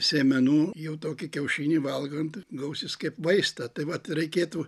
sėmenų jau tokį kiaušinį valgant gausis kaip vaistą tai vat reikėtų